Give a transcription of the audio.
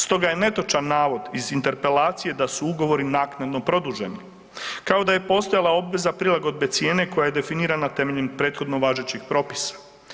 Stoga je netočan navod iz interpelacije da su ugovori naknadno produženi, kao da je postojala obveza prilagodbe cijene koja je definirana temeljem prethodno važećih propisa.